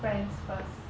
friends first